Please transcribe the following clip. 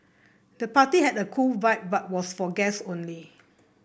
the party had a cool vibe but was for guests only